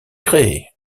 créés